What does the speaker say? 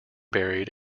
buried